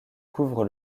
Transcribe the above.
couvre